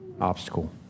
obstacle